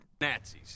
nazis